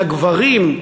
לגברים,